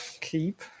Keep